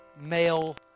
male